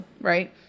right